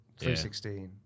316